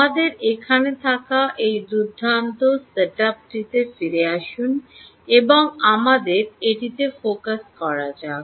আমাদের এখানে থাকা এই দুর্দান্ত সেটআপটিতে ফিরে আসুন এবং আমাদের এটিতে ফোকাস Focusকরা যাক